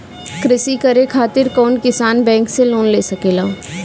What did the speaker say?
कृषी करे खातिर कउन किसान बैंक से लोन ले सकेला?